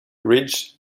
ridge